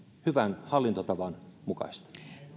hyvän hallintotavan mukaista